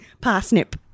Parsnip